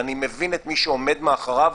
ואני מבין את מי שעומד מאחוריו,